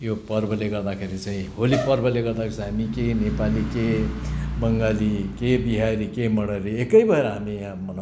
यो पर्वले गर्दाखेरि चाहिँ होली पर्वले गर्दाखेरि चाहिँ के नेपाली के बङ्गाली के बिहारी के मारवाडी एकै भएर हामी यहाँ मनाउँछौँ